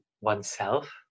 oneself